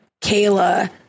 Kayla